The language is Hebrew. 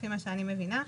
לפי מה שאני מבינה,